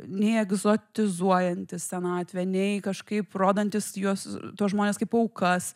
nei egzotizuojantis senatvę nei kažkaip rodantis juos tuos žmones kaip aukas